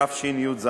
התשי"ז,